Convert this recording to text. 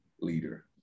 leader